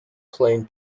plain